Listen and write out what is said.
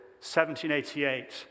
1788